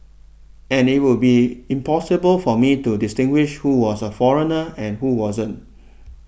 and it would been impossible for me to distinguish who was a foreigner and who wasn't